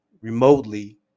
remotely